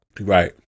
Right